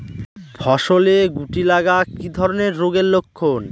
ফসলে শুটি লাগা কি ধরনের রোগের লক্ষণ?